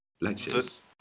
lectures